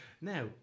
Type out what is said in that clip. now